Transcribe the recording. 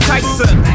Tyson